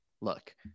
look